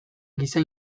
giza